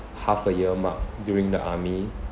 half a year mark during the army